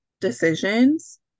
decisions